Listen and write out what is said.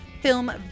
film